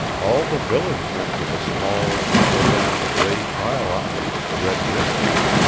all the village went to the small, tumbledown, gray pile opposite the red windmill.